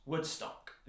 Woodstock